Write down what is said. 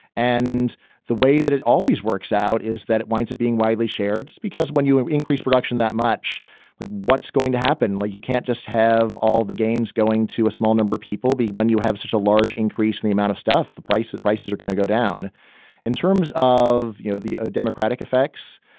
and the way that it always works out is that it winds up being widely shared because when you increase production that much like what's going to happen, like you can't just have all the gains going to a small number. people be when you have such a large increase in the amount of stuff, the price that prices are gonna go down in terms of you know the ah democratic effects.